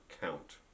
count